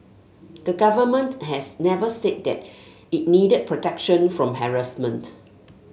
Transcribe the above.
the Government has never said that it needed protection from harassment